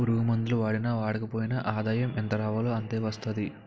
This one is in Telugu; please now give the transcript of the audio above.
పురుగుమందులు వాడినా వాడకపోయినా ఆదాయం ఎంతరావాలో అంతే వస్తాది